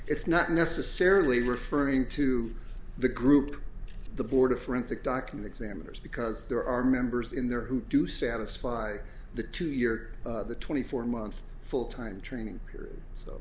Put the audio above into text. it's not necessarily referring to the group the board of forensic document examiners because there are members in there who do satisfy the two year twenty four month full time training period so